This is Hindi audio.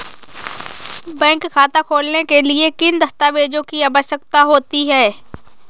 बैंक खाता खोलने के लिए किन दस्तावेजों की आवश्यकता होती है?